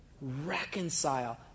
Reconcile